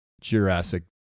Jurassic